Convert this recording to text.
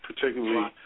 particularly